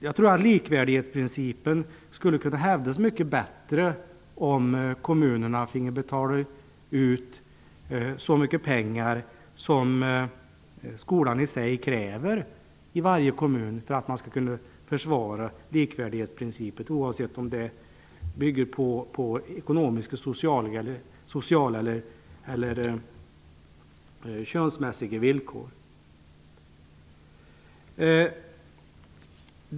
Jag tror att likvärdighetsprincipen skulle kunna hävdas bättre om kommunerna fick betala ut så mycket pengar som skolan i sig kräver för att likvärdighetsprincipen skall kunna försvaras. Det gäller oavsett om det handlar om om ekonomiska, sociala eller könsmässiga villkor.